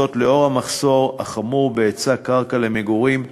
וזאת בשל המחסור החמור בהיצע קרקע למגורים.